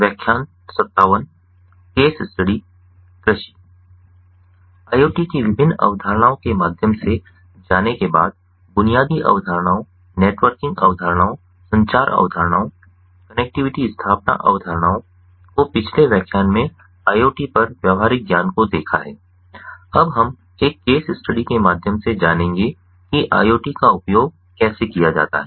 IoT की विभिन्न अवधारणाओं के माध्यम से जाने के बाद बुनियादी अवधारणाओं नेटवर्किंग अवधारणाओं संचार अवधारणाओं कनेक्टिविटी स्थापना अवधारणाओं को पिछले व्याख्यान में IoT पर व्यावहारिक ज्ञान को देखा है अब हम एक केस स्टडी के माध्यम से जानेगें कि IoT का उपयोग कैसे किया जाता है